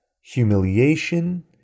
humiliation